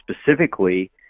specifically